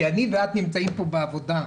כי אני ואת נמצאים פה בעבודה,